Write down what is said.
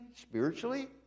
spiritually